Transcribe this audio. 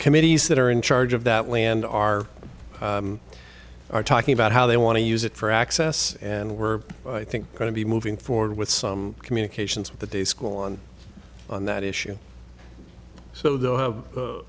committees that are in charge of that land are are talking about how they want to use it for access and we're i think going to be moving forward with some communications with the day school on that issue so they'll have